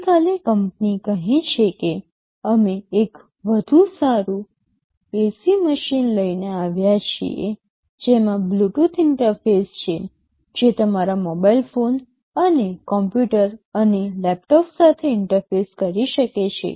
આવતીકાલે કંપની કહે છે કે અમે એક વધુ સારું AC મશીન લઈને આવ્યા છીએ જેમાં બ્લૂટૂથ ઇન્ટરફેસ છે જે તમારા મોબાઇલ ફોન અને કમ્પ્યુટર અને લેપટોપ સાથે ઇન્ટરફેસ કરી શકે છે